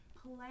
Play